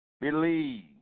believe